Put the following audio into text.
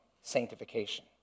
sanctification